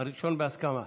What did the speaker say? הראשון, בהסכמה.